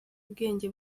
ubwenge